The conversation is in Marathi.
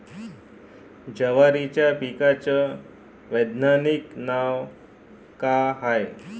जवारीच्या पिकाचं वैधानिक नाव का हाये?